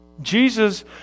Jesus